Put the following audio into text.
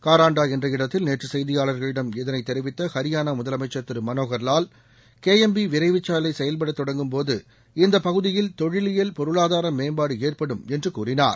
காராண்டா என்ற இடத்தில் நேற்று செய்தியாளர்களிடம்இதனை தெரிவித்த ஹரியானா முதலமைச்சர் திரு மனோகர் வால் கே எம் பி விரைவுச் சாலை செயல்பட தொடங்கும்போது இந்த பகுதியில் தொழிலியல் பொருளாதார மேம்பாடு ஏற்படும் என்று கூறினார்